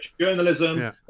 journalism